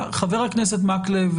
חבר הכנסת מקלב,